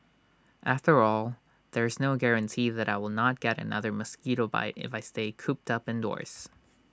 after all there's no guarantee that I will not get another mosquito bite if I stay cooped up indoors